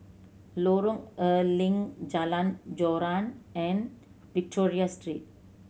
Lorong A Leng Jalan Joran and Victoria Street